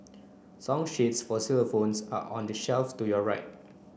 song sheets for xylophones are on the shelf to your right